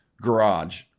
garage